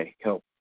help